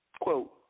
Quote